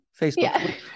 Facebook